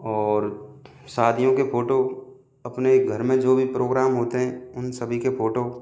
और शादियों के फ़ोटो अपने घर में जो भी प्रोग्राम होते हैं उन सभी के फ़ोटो